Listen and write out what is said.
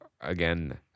again